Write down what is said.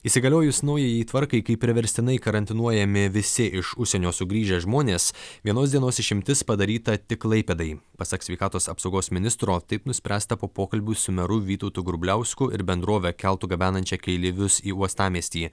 įsigaliojus naujajai tvarkai kai priverstinai karantinuojami visi iš užsienio sugrįžę žmonės vienos dienos išimtis padaryta tik klaipėdai pasak sveikatos apsaugos ministro taip nuspręsta po pokalbių su meru vytautu grubliausku ir bendrove keltu gabenančia keleivius į uostamiestį